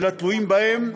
לתלויים בהם,